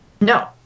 no